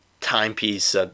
timepiece